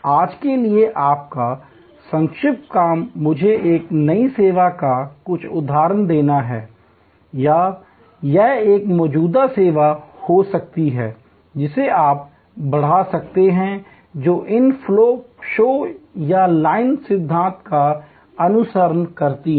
आज के लिए आपका संक्षिप्त काम मुझे एक नई सेवा का कुछ उदाहरण देना है या यह एक मौजूदा सेवा हो सकती है जिसे आप बढ़ा सकते हैं जो इन फ्लो शॉप या लाइन सिद्धांत का अनुसरण करती है